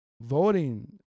Voting